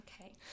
Okay